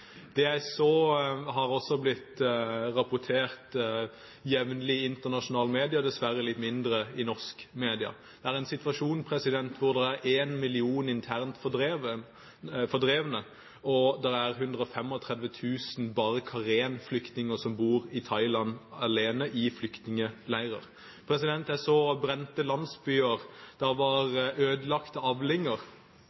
Det jeg så, har jevnlig blitt rapportert i internasjonale medier, dessverre litt mindre i norske medier. Situasjon der er at det er 1 million internt fordrevne, og det er alene 135 000 karenflyktninger som bor i flyktningleirer i Thailand. Jeg så brente landsbyer, det var